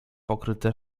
pokryte